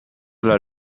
alla